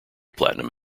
platinum